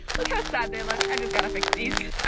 look how sad they look, i just gotta fix these.